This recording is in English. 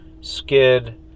skid